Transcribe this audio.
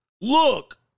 look